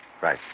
Right